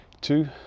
two